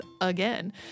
again